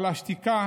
על השתיקה